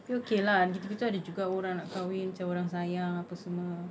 okay lah gitu gitu ada juga orang nak kahwin macam orang sayang apa semua